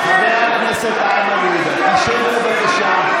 חבר הכנסת איימן עודה, שב, בבקשה.